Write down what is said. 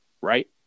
right